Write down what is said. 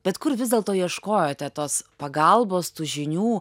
bet kur vis dėlto ieškojote tos pagalbos tų žinių